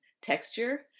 texture